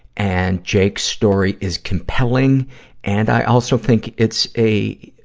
and jake's story is compelling and i also think it's a,